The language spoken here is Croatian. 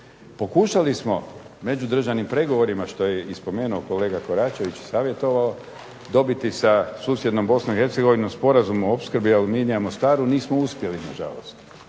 Pokušali smo međudržavnim pregovorima što je i spomenuo kolega Koračević i savjetovao dobiti sa susjednom BiH sporazum o opskrbi aluminija Mostaru. Nismo uspjeli, nažalost.